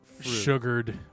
sugared